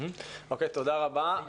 תודה רבה.